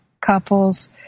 couples